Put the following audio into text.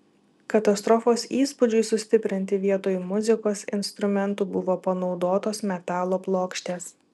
katastrofos įspūdžiui sustiprinti vietoj muzikos instrumentų buvo panaudotos metalo plokštės